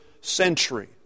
century